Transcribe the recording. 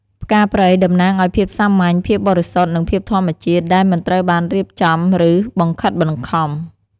ផ្កាព្រៃតំណាងឱ្យ ភាពសាមញ្ញ ភាពបរិសុទ្ធ និងភាពធម្មជាតិ ដែលមិនត្រូវបានរៀបចំ ឬបង្ខិតបង្ខំ។